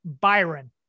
Byron